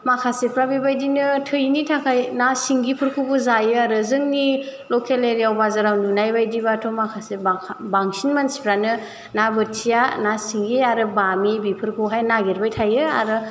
माखासेफ्रा बे बायदिनो थैनि थाखाय ना सिंगिफोरखौबो जायो आरो जोंनि लकेल एरियायाव बाजाराव नुनायबायदिबाथ' माखासे बांसिन मानसिफ्रानो ना बोथिया ना सिंगि आरो बामि बेफोरखौहाय नागिरबाय थायो आरो